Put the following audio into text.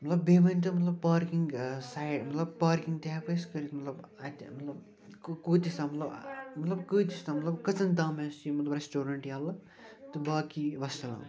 مطلب بیٚیہِ ؤنۍتو مطلب پارکِنٛگ سایِڈ مطلب پارکِنٛگ تہِ ہٮ۪کوٕ أسۍ کٔرِتھ مطلب اَتہِ مطلب کٔہ کۭتِس تام مطلب کۭتِس تام مطلب کٔژَن تام آسہِ یہِ مطلب رٮ۪سٹورنٛٹ ییٚلہٕ تہٕ باقی وَسلام